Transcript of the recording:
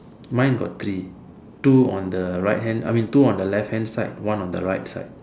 mine got three two on the right hand I mean two on the left hand side one on the right side